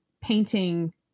painting